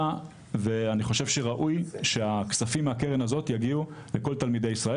ואני חושב שראוי שהכספים מהקרן הזאת יגיעו לכל תלמידי ישראל